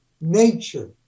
nature